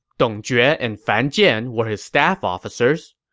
dong jue and fan jian were his staff officers.